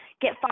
get